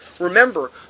Remember